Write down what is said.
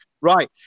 Right